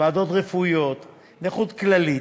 ועדות רפואיות, נכות כללית,